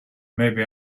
maybe